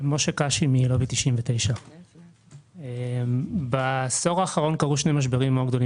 מלובי 99. בעשור האחרון קרו שני משברים גדולים